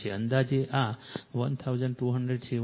અંદાજે આ 1273